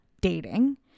dating